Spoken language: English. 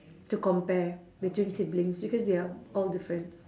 to compare between siblings because they are all different